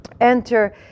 enter